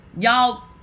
y'all